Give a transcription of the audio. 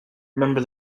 remember